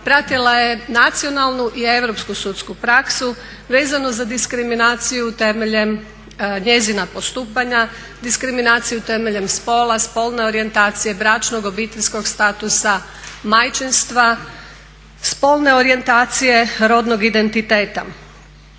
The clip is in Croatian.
pratila je nacionalnu i europsku sudsku praksu vezano za diskriminaciju temeljem njezina postupanja, diskriminaciju temeljem spola, spolne orijentacije, bračnog, obiteljskog statusa, majčinstva, spolne orijentacije, rodnog identiteta.